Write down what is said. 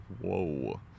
Whoa